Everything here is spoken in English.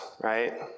right